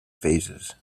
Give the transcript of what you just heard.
phases